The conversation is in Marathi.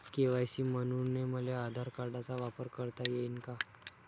के.वाय.सी म्हनून मले आधार कार्डाचा वापर करता येईन का?